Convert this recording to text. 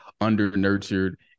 under-nurtured